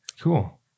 cool